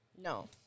no